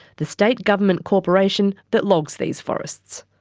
the state government corporation that logs these forests.